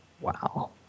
Wow